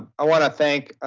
i wanna thank